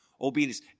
Obedience